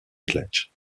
village